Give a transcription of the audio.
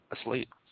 asleep